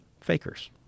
fakers